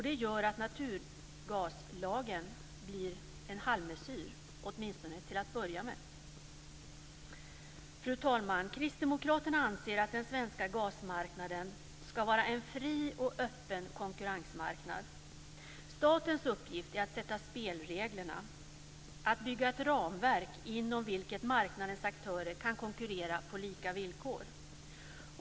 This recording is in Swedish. Det gör att naturgaslagen blir en halvmesyr, åtminstone till att börja med. Fru talman! Kristdemokraterna anser att den svenska gasmarknaden ska vara en fri och öppen konkurrensmarknad. Statens uppgift är att sätta spelreglerna, att bygga ett ramverk inom vilket marknadens aktörer kan konkurrera på lika villkor.